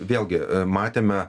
vėlgi matėme